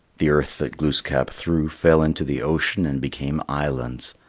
the earth that glooskap threw fell into the ocean and became islands.